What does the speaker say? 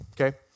okay